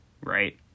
right